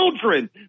children